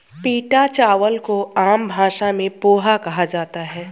पीटा चावल को आम भाषा में पोहा कहा जाता है